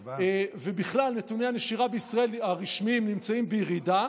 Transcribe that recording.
בכלל, נתוני הנשירה הרשמיים בישראל נמצאים בירידה.